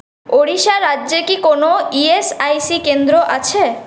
ওড়িশা রাজ্যে কি কোনও ই এস আই সি কেন্দ্র আছে